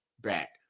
back